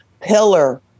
pillar